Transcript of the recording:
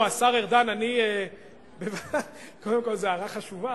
השר ארדן, קודם כול זאת הערה חשובה,